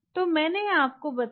तो मैंने आपको बताया